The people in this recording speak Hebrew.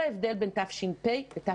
כדי להסביר את ההבדל בין תש"ף לתשפ"א